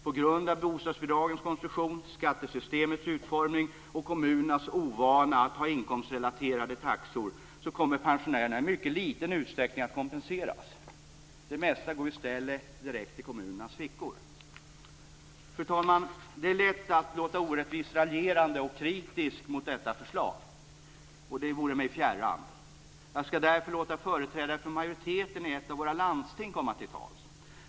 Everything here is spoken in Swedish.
På grund av bostadsbidragets konstruktion, skattesystemets utformning och kommunernas ovana att ha inkomstrelaterade taxor kommer pensionärerna i mycket liten utsträckning att kompenseras. Det mesta går i stället direkt ned i kommunernas fickor. Fru talman! Det är lätt att låta orättvist raljerande och kritisk mot detta förslag. Det vore mig fjärran. Jag skall därför låta företrädare för majoriteten ute i ett av våra landsting komma till tals.